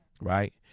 Right